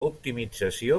optimització